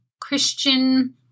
Christian